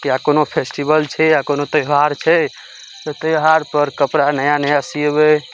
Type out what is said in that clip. किए कोनो फेस्टिवल छै या कोनो त्यौहार छै तऽ त्यौहार पर कपड़ा नया नया सियबै